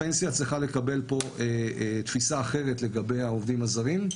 הפנסיה צריכה לקבל פה תפיסה אחרת לגבי העובדים הזרים,